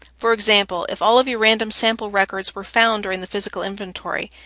for example, if all of your random sample records were found during the physical inventory,